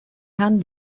herrn